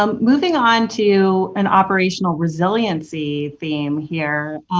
um moving onto an operational resiliency theme here,